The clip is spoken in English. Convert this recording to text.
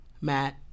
Matt